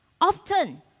Often